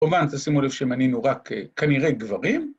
כמובן, תשימו לב שמנינו רק כנראה גברים.